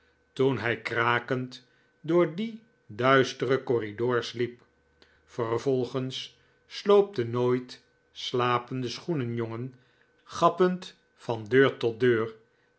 toen hij krakend door die duistere corridors liep vervolgens sloop de nooit slapende schoenenjongen gappend van deur tot deur